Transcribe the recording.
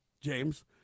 James